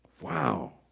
Wow